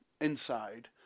Inside